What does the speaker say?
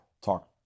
talk